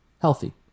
Healthy